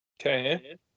Okay